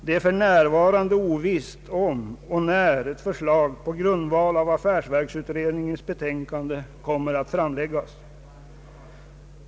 Det är för närvarande ovisst om och när förslag på grundval av affärsverksutredningens betänkande kommer att framläggas.